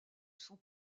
sont